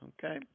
Okay